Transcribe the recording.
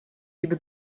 gibi